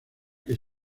que